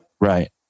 Right